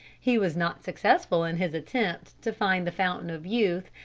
he was not successful in his attempt to find the fountain of youth,